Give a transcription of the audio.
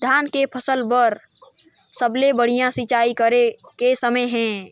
धान के फसल बार सबले बढ़िया सिंचाई करे के समय हे?